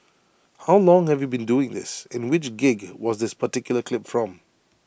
how long have you been doing this and which gig was this particular clip from